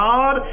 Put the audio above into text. God